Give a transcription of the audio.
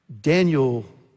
Daniel